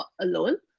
alone